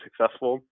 successful